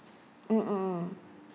mm mm mm